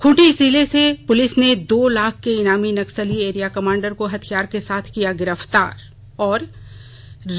खूंटी जिले से पुलिस ने दो लाख के इनामी नक्सली एरिया कमांडर को हथियार के साथ गिरफ्तार किया